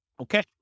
Okay